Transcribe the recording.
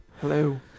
hello